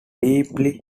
deeply